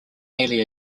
nearly